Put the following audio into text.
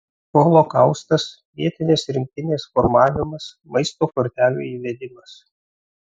holokaustas vietinės rinktinės formavimas maisto kortelių įvedimas